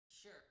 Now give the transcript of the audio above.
sure